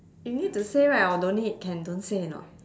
you need to say right or don't need can don't say or not